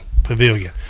pavilion